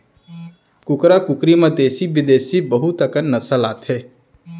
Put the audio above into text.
कुकरा कुकरी म देसी बिदेसी बहुत अकन नसल आथे